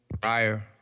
prior